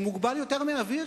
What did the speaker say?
הוא מוגבל יותר מאוויר,